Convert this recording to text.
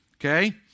okay